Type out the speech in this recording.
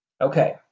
Okay